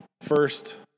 first